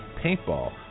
paintball